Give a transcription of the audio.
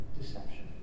deception